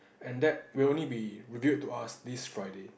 and that will only be revealed to us this Friday